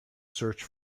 search